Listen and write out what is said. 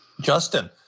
Justin